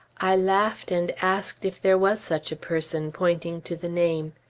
i laughed and asked if there was such a person, pointing to the name.